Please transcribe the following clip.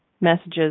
messages